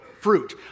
fruit